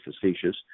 facetious